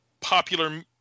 popular